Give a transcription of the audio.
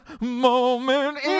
moment